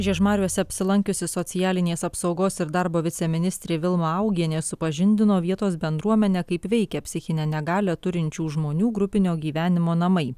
žiežmariuose apsilankiusi socialinės apsaugos ir darbo viceministrė vilma augienė supažindino vietos bendruomenę kaip veikia psichinę negalią turinčių žmonių grupinio gyvenimo namai